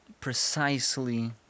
precisely